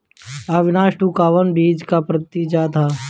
अविनाश टू कवने बीज क प्रजाति ह?